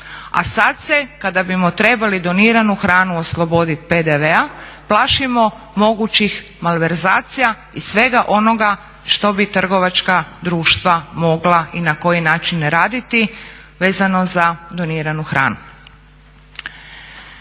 A sad se kada bimo trebali doniranu hranu oslobodit PDV-a plašimo mogućih malverzacija i svega onoga što bi trgovačka društva mogla i na koji način raditi vezano za doniranu hranu.